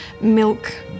milk